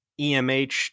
EMH